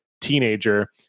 teenager